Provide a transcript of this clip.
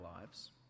lives